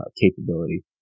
capability